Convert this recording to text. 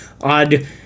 odd